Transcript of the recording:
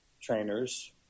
trainers